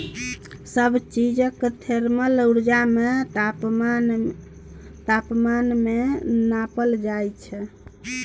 सब चीज केर थर्मल उर्जा केँ तापमान मे नाँपल जाइ छै